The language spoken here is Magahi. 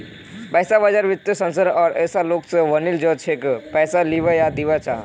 पैसा बाजार वित्तीय संस्थानों आर ऐसा लोग स बनिल छ जेको पैसा लीबा या दीबा चाह छ